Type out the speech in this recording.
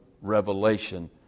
revelation